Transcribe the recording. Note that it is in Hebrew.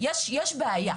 יש בעיה,